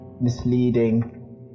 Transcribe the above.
misleading